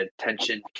attention